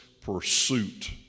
pursuit